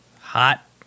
hot